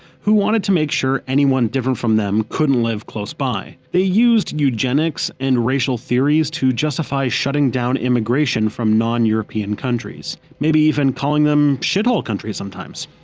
who wanted to make sure anyone different from them couldn't live close by. they used eugenics and racial theories to justify shutting down immigration from non-european countries. maybe even calling them shithole countries sometimes.